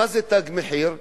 מה זה תג מחיר?